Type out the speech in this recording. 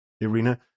Irina